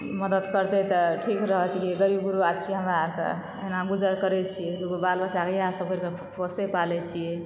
मदद करतै तऽ ठीक रहतियै गरीब गुरबा छियै हमरा आओर के अहिना गुजर करै छियै दूगो बाल बच्चा के या सब करके पोषै पालै छियै